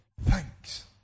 thanks